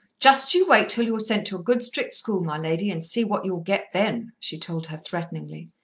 just you wait till you're sent to a good strict school, my lady, and see what you'll get then, she told her threateningly.